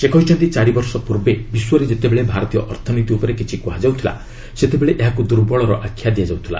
ସେ କହିଛନ୍ତି ଚାରିବର୍ଷ ପୂର୍ବେ ବିଶ୍ୱରେ ଯେତେବେଳେ ଭାରତୀୟ ଅର୍ଥନୀତି ଉପରେ କିଛି କୁହାଯାଉଥିଲା ସେତେବେଳେ ଏହାକୁ ଦୁର୍ବଳତାର ଆଖ୍ୟା ଦିଆଯାଉଥିଲା